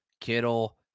Kittle